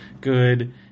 good